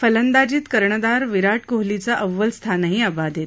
फलंदाजीत कर्णधार विराट कोहलीचं अव्वल स्थानही अबाधित